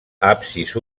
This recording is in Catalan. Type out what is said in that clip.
absis